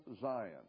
Zion